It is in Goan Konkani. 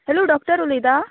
हॅलो डॉक्टर उलयता